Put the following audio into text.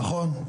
נכון,